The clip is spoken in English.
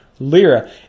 Lira